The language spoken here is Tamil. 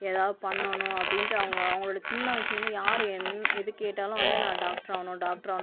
ஏதாவது பண்ணனும் அப்படின்ட்டு அவங்க அவங்களோட சின்ன வயசிலேருந்து யார் என் எது கேட்டாலும் வந்து நான் டாக்டர் ஆகணும் டாக்டர் ஆகணும்